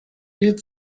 weh